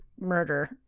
murder